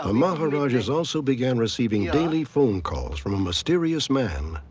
ah maharajs also began receiving daily phone calls from a mysterious man.